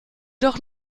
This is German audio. doch